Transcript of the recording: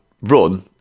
run